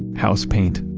house paint,